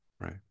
right